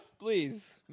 Please